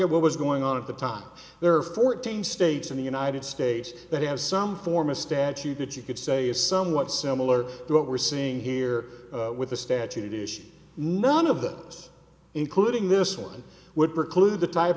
at what was going on at the time there are fourteen states in the united states that have some form a statute that you could say is somewhat similar to what we're seeing here with the statute issues none of that including this one would preclude the type